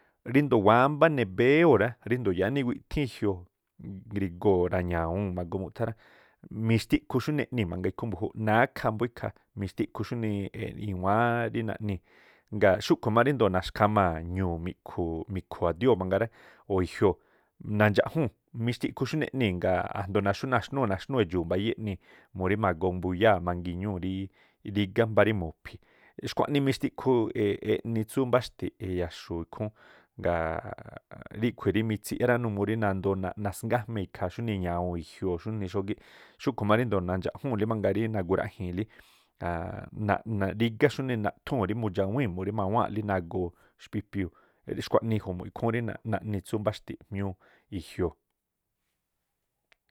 Ríndo̱o wámbá nebéwóo̱ rá, ríndoo̱ rí yáá niwiꞌthíín i̱jioo̱ ngrigo̱o̱ rañawuu̱n magoo muꞌthá rá. Mixtiꞌkhu xunii eꞌnii̱ mangaa ikhú mbu̱júúꞌ, nákhaa mbóó ikhaa, mixtikhu xunii iwáán rí naꞌnii̱ gaa̱ xúꞌkhu̱ má ríndo̱o naxkhamaa̱ ñuu̱ mi̱ꞌkhu̱u̱ mi̱khu̱u̱ a̱dióo̱ mangaa ra o̱ i̱jioo̱ nandxaꞌjúu̱n, mixtiꞌkhu xúnii eꞌnii̱ ngaa̱ ndo̱ xú nanxnúu̱ nanxnúu̱ edxu̱u̱ mbayíiꞌ eꞌnii̱ murí mago̱o̱ mbuyáa̱ mangii̱n ñúúꞌ rí rigá mbá rí mu̱phi̱. Xkhuanii mixtiꞌkhu eꞌni tsú mbáxti̱ꞌ i̱ya̱xu̱u̱ ikhúún, g ríkhui̱ rí mitsiꞌyá rá numuu rí nandoo nasngájmee̱ ikhaa̱ xunii eña̱wuu̱n i̱jioo̱ xúnii xógíꞌ. Xúkhu̱ má ríndo̱o nandxaꞌjúnle mangaa rí nagu̱ra̱ꞌjii̱nlí, aannꞌ rígá naꞌ-naꞌ- rígá- xúnii nathúu̱n murí mudxawii̱n muri ma̱goo ma̱wáa̱nꞌlí náa̱ agoo xpípiúu̱, xkhuaꞌnii iju̱mu̱ꞌ ikhúún rí naꞌni tsú mbáxti̱ꞌ jmúú i̱jioo̱.